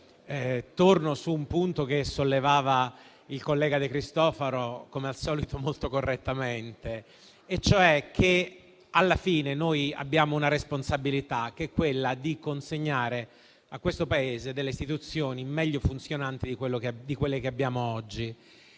Torno su un punto sollevato dal collega De Cristofaro, come al solito molto correttamente, e cioè che alla fine noi abbiamo una responsabilità, quella di consegnare a questo Paese istituzioni meglio funzionanti di quelle che abbiamo oggi.